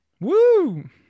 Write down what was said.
Woo